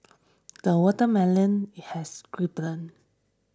the watermelon has ripened